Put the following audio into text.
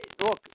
look